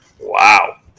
Wow